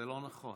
זה לא נכון.